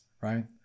right